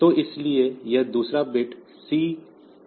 तो इसके लिए यह दूसरा बिट C T है